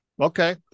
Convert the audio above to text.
okay